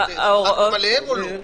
זה חל גם עליהם או לא?